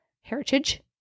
heritage